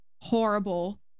horrible